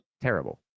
terrible